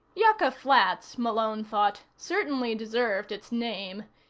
yucca flats, malone thought, certainly deserved its name.